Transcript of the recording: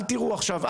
אל תירו עכשיו,